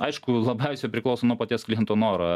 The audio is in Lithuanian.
aišku labiausiai priklauso nuo paties kliento noro